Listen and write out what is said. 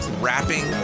rapping